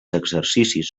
exercicis